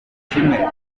kimwe